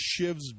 shivs